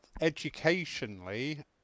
educationally